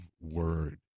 Word